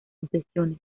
concesiones